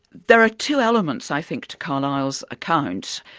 there are two elements i think to carlyle's account.